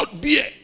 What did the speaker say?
beer